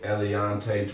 Eliante